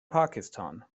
pakistan